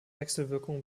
wechselwirkung